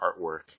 artwork